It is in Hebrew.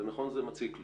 נכון שזה מציק לי.